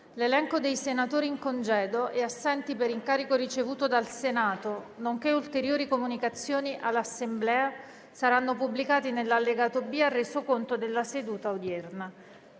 L'elenco dei senatori in congedo e assenti per incarico ricevuto dal Senato, nonché ulteriori comunicazioni all'Assemblea saranno pubblicati nell'allegato B al Resoconto della seduta odierna.